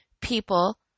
people